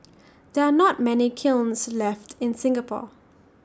there are not many kilns left in Singapore